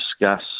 discuss